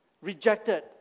rejected